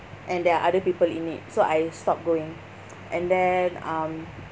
and there are other people in need so I stopped going and then um